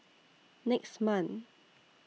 next month